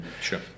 Sure